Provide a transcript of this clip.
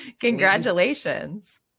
Congratulations